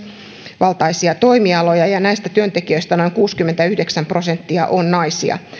naisvaltaisia toimialoja ja ja näistä työntekijöistä noin kuusikymmentäyhdeksän prosenttia on naisia